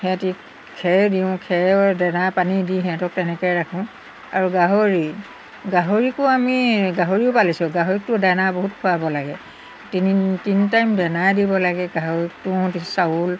সিহঁতি খেৰ দিওঁ খেৰও দানা পানী দি সিহঁতক তেনেকৈ ৰাখোঁ আৰু গাহৰি গাহৰিকো আমি গাহৰিও পালিছোঁ গাহৰিকটো দানা বহুত খুৱাব লাগে তিনি তিনি টাইম দানাই দিব লাগে গাহৰিক তুঁহ চাউল